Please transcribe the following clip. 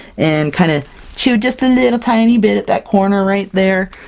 and kind of chewed just a little tiny bit at that corner right there.